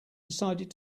decided